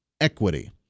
equity